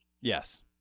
Yes